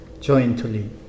jointly